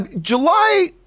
July